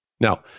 Now